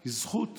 היא זכות